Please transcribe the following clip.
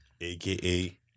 aka